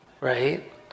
right